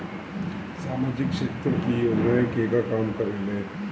सामाजिक क्षेत्र की योजनाएं केगा काम करेले?